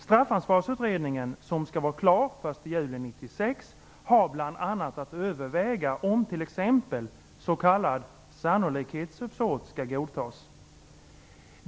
Straffansvarsutredningen, som skall vara klar den 1 juli 1996, har bl.a. att överväga om s.k. sannolikhetsuppsåt skall godtas.